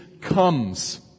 comes